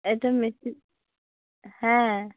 এটা মিষ্টি হ্যাঁ